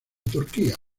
turquía